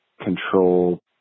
control